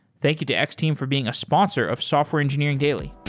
thank you to x-team for being a sponsor of software engineering daily